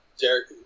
Derek